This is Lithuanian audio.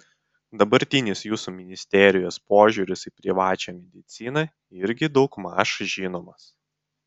dabartinis jūsų ministerijos požiūris į privačią mediciną irgi daugmaž žinomas